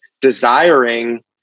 desiring